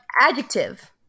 adjective